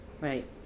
Right